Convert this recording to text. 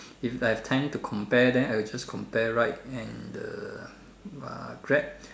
if I have time to compare then I will just compare Ryde and the uh Grab